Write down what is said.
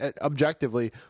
objectively